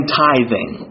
tithing